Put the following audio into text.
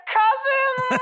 cousins